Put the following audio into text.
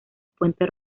puente